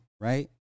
right